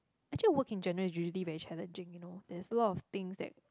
actually work in general is usually very challenging you know there's a lot of things that